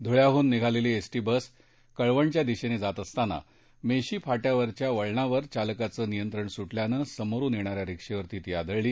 धुळ्याहन निघालेली ST bus कळवणच्या दिशेनं जात असताना मेशी फाट्यावरच्या वळणावर चालकाचं नियंत्रण सुटल्यानं समोरून येणाऱ्या रीक्षेवर आदळली